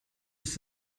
ist